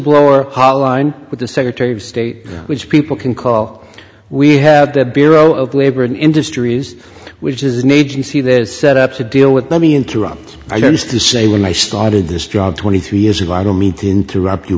blower hotline with the secretary of state which people can call we have the bureau of labor and industries which is an agency that is set up to deal with let me interrupt i don't still say when i started this job twenty three years ago i don't mean to interrupt you